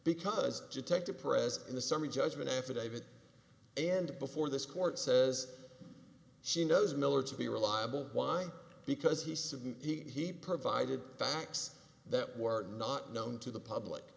because detective pres in the summary judgment affidavit and before this court says she knows miller to be reliable why because he said he provided facts that were not known to the public